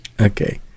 Okay